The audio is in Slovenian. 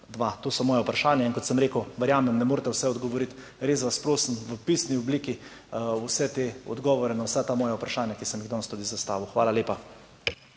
To so moja vprašanja. Kot sem rekel, verjamem, da ne morate na vsa odgovoriti, res vas prosim v pisni obliki za vse te odgovore na vsa ta moja vprašanja, ki sem jih danes zastavil. Hvala lepa.